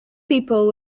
people